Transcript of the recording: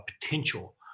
potential